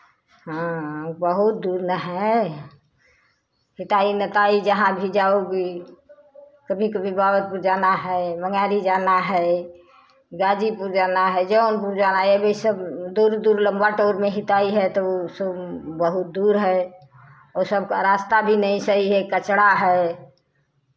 हाँ हाँ बहुत दूर ना है हिताई नताई जहाँ भी जाओगी कभी कभी बावतपुर जाना है मंगेरी जाना है गाज़ीपुर जाना है जौनपुर जाना है ये भी सब दूर दूर लंबा टूर में हिताई है तो सो बहुत दूर है ओ सबका रास्ता भी नहीं सही है कचड़ा है